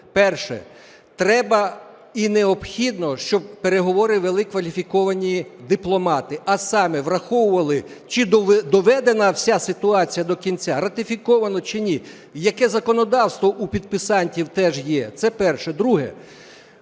Перше. Треба і необхідно, щоб переговори вели кваліфіковані дипломати, а саме враховували, чи доведена вся ситуація до кінця, ратифіковано чи ні, яке законодавство у підписантів теж є. Це перше. Друге.